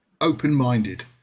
open-minded